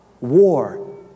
War